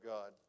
God